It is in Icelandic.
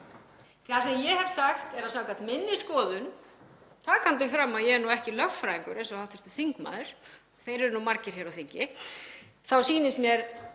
Það sem ég hef sagt er að samkvæmt minni skoðun, takandi fram að ég er ekki lögfræðingur eins og hv. þingmaður, þeir eru nú margir hér á þingi, þá sýnist mér